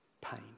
Pain